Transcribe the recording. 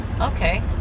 okay